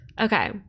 Okay